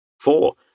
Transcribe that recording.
Four